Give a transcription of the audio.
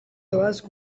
doaz